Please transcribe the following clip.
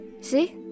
See